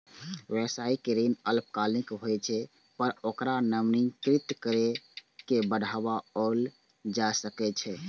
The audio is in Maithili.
व्यावसायिक ऋण अल्पकालिक होइ छै, पर ओकरा नवीनीकृत कैर के बढ़ाओल जा सकै छै